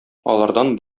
алардан